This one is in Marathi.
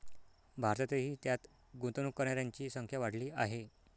भारतातही त्यात गुंतवणूक करणाऱ्यांची संख्या वाढली आहे